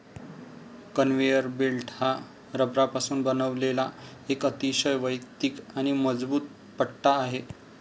conveyor belt हा रबरापासून बनवलेला एक अतिशय वैयक्तिक आणि मजबूत पट्टा आहे